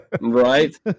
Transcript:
Right